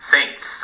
Saints